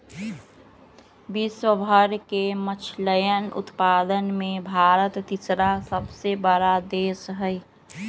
विश्व भर के मछलयन उत्पादन में भारत तीसरा सबसे बड़ा देश हई